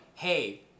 hey